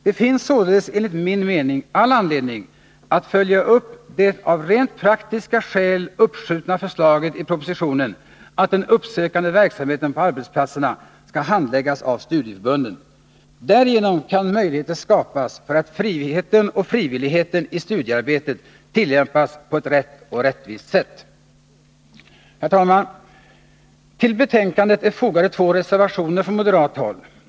Det finns således, enligt min mening, all anledning att följa upp det av rent praktiska skäl uppskjutna förslaget i propositionen, att den uppsökande verksamheten på arbetsplatserna skall handläggas av studieförbunden. Därigenom kan möjligheter skapas för att friheten och frivilligheten i studiearbetet tillämpas på ett riktigt och rättvist sätt. Herr talman! Till betänkandet är fogade två reservationer från moderat håll.